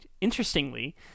Interestingly